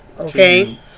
Okay